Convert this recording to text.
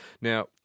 Now